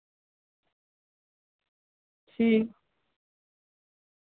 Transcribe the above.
ठीक